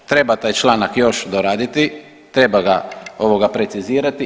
Treba taj članak još doraditi, treba ga precizirati.